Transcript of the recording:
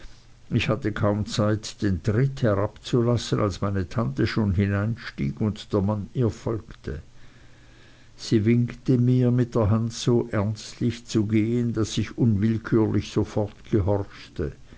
ich hatte kaum zeit den tritt herabzulassen als meine tante schon hineinstieg und der mann ihr folgte sie winkte mir mit der hand so ernstlich zu gehen daß ich unwillkürlich sofort gehorchte